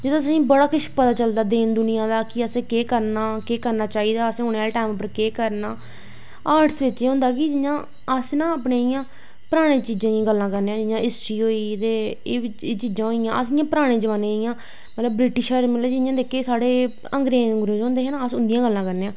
एह्दे च असेंगी बड़ा पता चलदा दीन दुनियां दा केह् करना केह् करना चाही दा असैं औनें आह्ले टैम च केह् करना आर्टस बिच्च एह् होंदा अस इयां ना अपना परानी चीजें दी गल्लां करने जियां हिस्ट्री होई ते चीजां होई गेइयां अस परानी चीजां इयां ब्रिटिशर मतलव जेह्ड़े साढ़े अंग्रेज होंदे हे ना अस उंदियां गल्लां करन न